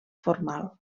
formal